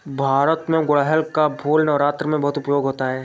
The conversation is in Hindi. भारत में गुड़हल का फूल नवरात्र में बहुत उपयोग होता है